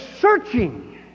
searching